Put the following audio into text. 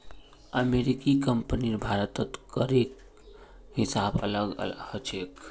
अमेरिकी कंपनीर भारतत करेर हिसाब अलग ह छेक